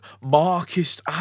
Marxist